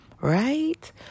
Right